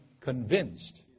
Convinced